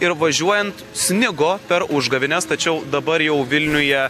ir važiuojant snigo per užgavėnes tačiau dabar jau vilniuje